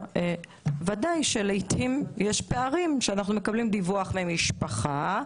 ודאי שלעתים יש פערים שאנחנו מקבלים דיווח ממשפחה,